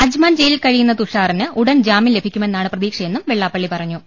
Ajman ജയിലിൽ കഴിയുന്ന തുഷാറിന് ഉടൻ ജാമൃം ലഭിക്കുമെന്നാണ് പ്രതീക്ഷയെന്നും വെള്ളാപ്പള്ളി പറഞ്ഞു